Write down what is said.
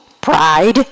pride